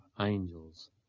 angels